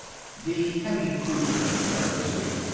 the heavy cruiser that returned this week.